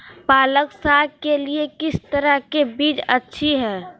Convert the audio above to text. पालक साग के लिए किस तरह के बीज अच्छी है?